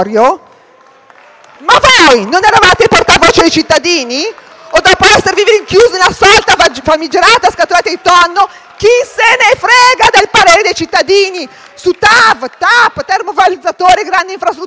Ma voi non eravate i portavoce dei cittadini? O dopo esservi rinchiusi nella famigerata scatoletta di tonno pensate "chi se ne frega" del parere dei cittadini su TAV, TAP, termovalorizzatori e grandi infrastrutture?